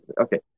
Okay